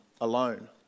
alone